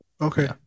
okay